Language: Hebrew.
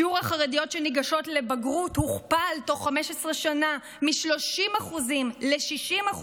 שיעור החרדיות שניגשות לבגרות הוכפל תוך 15 שנה מ-30% ל-60%.